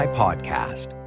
podcast